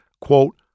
quote